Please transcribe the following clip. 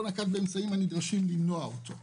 נקט באמצעים הנדרשים למנוע את האירוע.